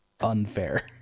Unfair